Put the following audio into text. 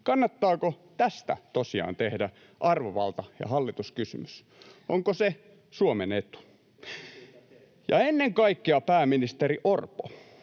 Kannattaako tästä tosissaan tehdä arvovalta- ja hallituskysymys? Onko se Suomen etu? [Ben Zyskowicz: Tehän siitä